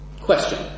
Question